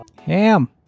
ham